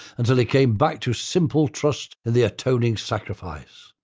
until he came back to simple trust in the atoning sacrifice.